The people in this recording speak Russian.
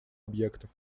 объектов